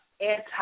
anti